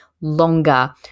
longer